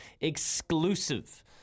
exclusive